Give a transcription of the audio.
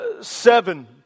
seven